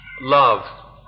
love